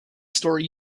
story